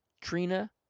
Trina